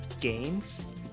games